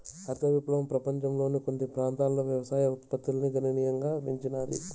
హరిత విప్లవం పపంచంలోని కొన్ని ప్రాంతాలలో వ్యవసాయ ఉత్పత్తిని గణనీయంగా పెంచినాది